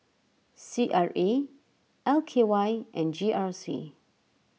C R A L K Y and G R C